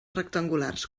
rectangulars